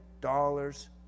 dollars